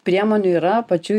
priemonių yra pačių